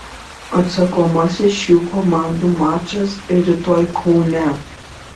atsakomasis šių komandų mačas rytoj kaune